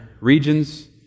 regions